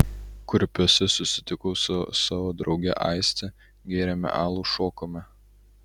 kurpiuose susitikau su savo drauge aiste gėrėme alų šokome